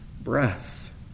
breath